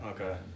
Okay